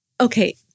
okay